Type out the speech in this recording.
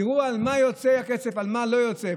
תראו על מה יוצא הקצף ועל מה לא יוצא.